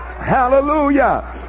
Hallelujah